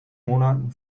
monaten